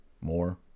More